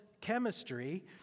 chemistry